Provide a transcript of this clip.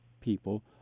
people